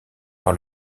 par